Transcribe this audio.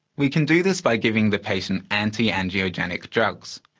we can do this by giving the patient anti-angiogenic drugs.